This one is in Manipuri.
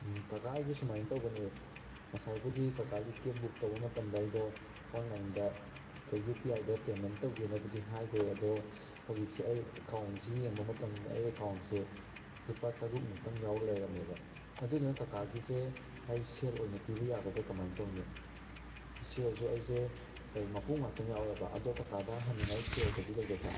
ꯀꯀꯥ ꯑꯩꯁꯦ ꯁꯨꯃꯥꯏ ꯇꯧꯕꯅꯦꯕ ꯉꯁꯥꯏꯕꯨꯗꯤ ꯀꯀꯥꯒꯤ ꯀꯦꯞ ꯕꯨꯛ ꯇꯧꯕ ꯃꯇꯝꯗ ꯑꯩꯗꯣ ꯑꯣꯟꯂꯥꯏꯟꯗ ꯀꯩ ꯌꯨ ꯄꯤ ꯑꯥꯏꯗ ꯄꯦꯃꯦꯟ ꯇꯧꯒꯦꯅꯕꯨꯗꯤ ꯍꯥꯏꯒ꯭ꯔꯦ ꯑꯗꯣ ꯍꯧꯖꯤꯛꯁꯦ ꯑꯩ ꯑꯦꯀꯥꯎꯟꯁꯦ ꯌꯦꯡꯕ ꯃꯇꯝꯗ ꯑꯩ ꯑꯦꯀꯥꯎꯟꯁꯦ ꯂꯨꯄꯥ ꯇꯔꯨꯛꯃꯨꯛꯇꯪ ꯌꯥꯎꯔꯒ ꯂꯩꯔꯝꯃꯦꯕ ꯑꯗꯨꯗꯨꯅ ꯀꯀꯥꯒꯤꯁꯦ ꯑꯩ ꯁꯦꯜ ꯑꯣꯏꯅ ꯄꯤꯕ ꯌꯥꯒꯗ꯭ꯔ ꯀꯃꯥꯏ ꯇꯧꯅꯤ ꯁꯦꯜꯁꯨ ꯑꯩꯁꯦ ꯀꯔꯤ ꯃꯄꯨꯝ ꯉꯥꯛꯇ ꯌꯥꯎꯔꯕ ꯑꯗꯣ ꯀꯀꯥꯗ ꯍꯟꯅꯤꯡꯉꯥꯏ ꯁꯦꯜꯒꯗꯤ ꯂꯩꯒꯗ꯭ꯔꯥ